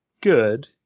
good